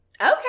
Okay